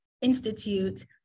Institute